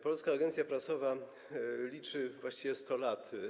Polska Agencja Prasowa liczy właściwie 100 lat.